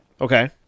Okay